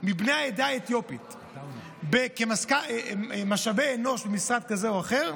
מבני העדה האתיופית במשאבי אנוש במשרד כזה או אחר,